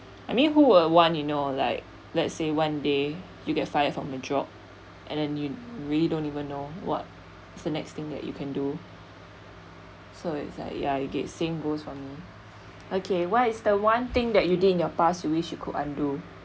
I mean who will want you know like let's say one day you get fired from your job and then you really don't even know what is the next thing that you can do so it's like ya you're get same goes for me okay what is the one thing that you did in your past you wish you could undo